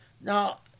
Now